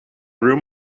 room